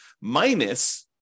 minus